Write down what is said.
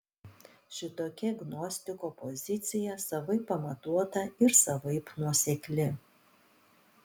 šitokia gnostiko pozicija savaip pamatuota ir savaip nuosekli